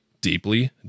deeply